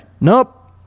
Nope